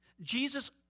Jesus